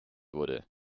wurde